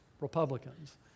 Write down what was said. Republicans